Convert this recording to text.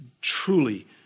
truly